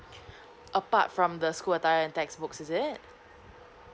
apart from the school attire and textbooks is it